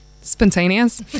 spontaneous